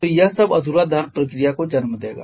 तो यह सब अधूरा दहन प्रक्रिया को जन्म देगा